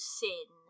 sin